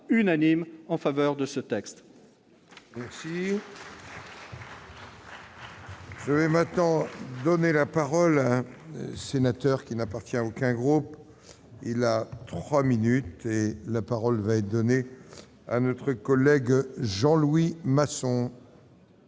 unanime, en faveur de ce texte.